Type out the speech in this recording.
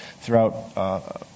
throughout